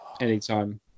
anytime